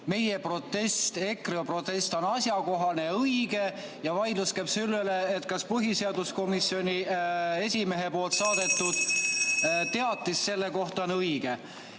meie protest, EKRE protest on asjakohane ja õige, ja vaidlus käib selle üle, kas põhiseaduskomisjoni esimehe saadetud teatis selle kohta on õige.